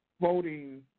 voting